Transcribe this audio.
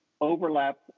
overlap